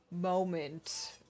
moment